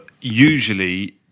usually